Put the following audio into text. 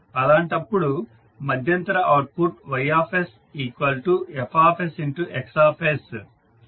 అలాంటప్పుడు మధ్యంతర output Ys FsX